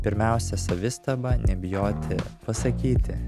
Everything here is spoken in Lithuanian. pirmiausia savistaba nebijoti pasakyti